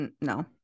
no